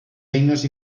eines